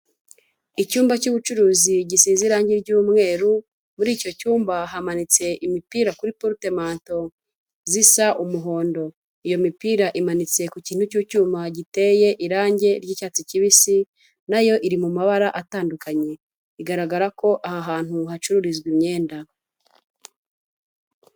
Icyumba cy'ubucuruzi gisize irange ry'umweru, muri icyo cyumba hamanitse imipira kuri porute manto zisa umuhondo. Iyo mipira imanitse ku kintu cy'icyuma giteye irange ry'icyatsi kibisi, na yo iri mu mabara atandukanye. Bigaragara ko aha hantu hacururizwa imyenda.